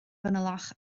fanylach